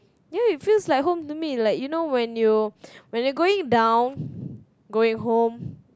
ya it feels like home to me like you know when you when you going down going home